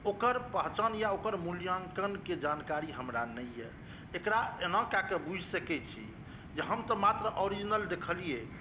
ओकर पहचान या ओकर मूल्याङ्कनके जानकारी हमरा नहि यऽ एकरा एना कए कऽ बुझि सकै छी जे हम तऽ मात्र ऑरिजिनल देखलियै